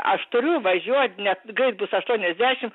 aš turiu važiuot net greit bus aštuoniasdešim